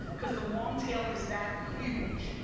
cause the long tail is that huge,